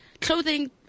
clothing